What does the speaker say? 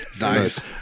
nice